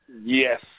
Yes